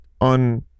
on